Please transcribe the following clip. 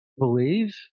believe